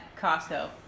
Costco